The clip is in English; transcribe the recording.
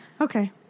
Okay